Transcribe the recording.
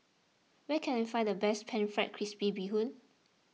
where can I find the best Pan Fried Crispy Bee Hoon